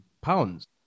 pounds